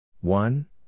One